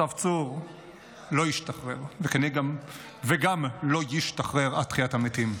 אסף צור לא השתחרר, וגם לא ישתחרר עד תחיית המתים.